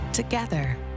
Together